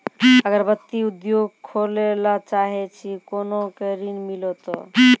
अगरबत्ती उद्योग खोले ला चाहे छी कोना के ऋण मिलत?